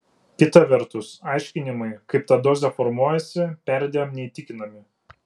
kita vertus aiškinimai kaip ta dozė formuojasi perdėm neįtikinami